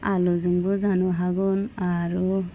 आलुजोंबो जानो हागोन आरो